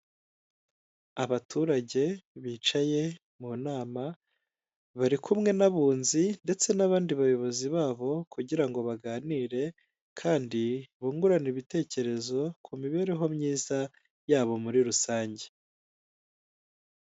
Abaturage bicaye mu nama, bari kumwe n'abunzi ndetse n'abandi bayobozi babo kugira ngo baganire, kandi bungurane ibitekerezo ku mibereho myiza yabo muri rusange.